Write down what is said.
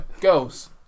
Girls